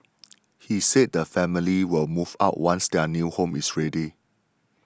he said the family will move out once their new home is ready